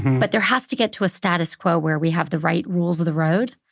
but there has to get to a status quo where we have the right rules of the road.